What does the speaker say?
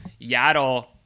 Yaddle